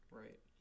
right